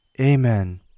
Amen